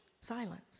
silence